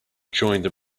joined